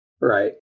Right